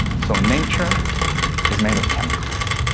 so nature is made of chemicals.